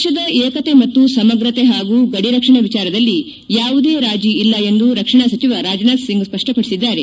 ದೇಶದ ಏಕತೆ ಹಾಗೂ ಸಮಗ್ರತೆ ಮತ್ತು ಗಡಿ ರಕ್ಷಣೆ ವಿಚಾರದಲ್ಲಿ ಯಾವುದೇ ರಾಜಿ ಇಲ್ಲ ಎಂದು ರಕ್ಷಣಾ ಸಚಿವ ರಾಜನಾಥ್ ಸಿಂಗ್ ಸ್ಪಷ್ಪಪಡಿಸಿದ್ದಾರೆ